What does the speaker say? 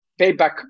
payback